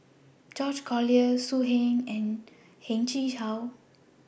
George Collyer So Heng and Heng Chee How